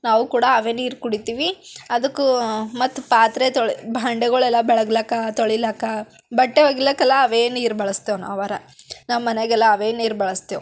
ನಾವು ಕೂಡ ಅವೇ ನೀರು ಕುಡಿತೀವಿ ಅದಕ್ಕೂ ಮತ್ತೆ ಪಾತ್ರೆ ತೊಳಿ ಭಾಂಡೇಗಳೆಲ್ಲ ಬೆಳಗ್ಲಿಕ್ಕ ತೊಳಿಲಿಕ್ಕ ಬಟ್ಟೆ ಒಗಿಲಿಕ್ಕೆಲ್ಲ ಅವೇ ನೀರು ಬಳಸ್ತೇವೆ ನಾವರ ನಮ್ಮ ಮನೆಗೆಲ್ಲ ಅವೇ ನೀರು ಬಳಸ್ತೇವೆ